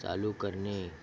चालू करणे